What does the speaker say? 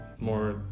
more